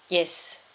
yes